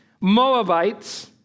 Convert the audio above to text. Moabites